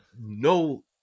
no